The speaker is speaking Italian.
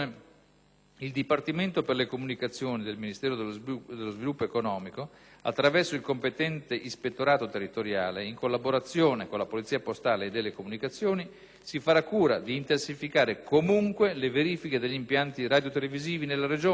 il Dipartimento per le comunicazioni del Ministero dello sviluppo economico, attraverso il competente Ispettorato territoriale, in collaborazione con la Polizia postale e delle comunicazioni, si farà cura di intensificare comunque le verifiche degli impianti radiotelevisivi nella Regione,